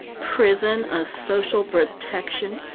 prison, a social protection?